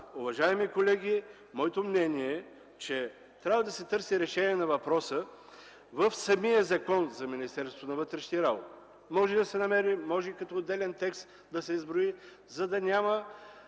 Уважаеми колеги, моето мнение е, че трябва да се търси решение на въпроса в самия Закон за Министерството на вътрешните работи. Може като отделен текст да се изброи, за да няма